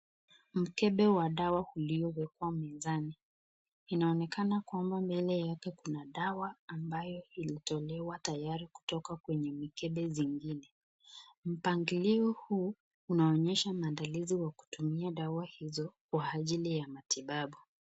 Mkebe wa dawa uliowekwa mezani, inaonekana kwamba mbele yake kuna dawa ambayo ilitolewa tayari kutoka kwenye mikebe zingine. Mpangilio huu unaonyesha maandalizi ya kutumia madawa hizo kwa ajili ya matibabu.